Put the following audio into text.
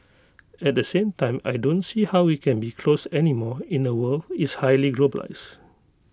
at the same time I don't see how we can be closed anymore in A world is highly globalised